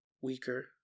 weaker